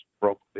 broke